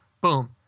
boom